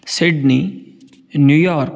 Sydney New York